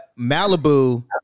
Malibu